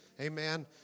Amen